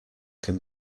can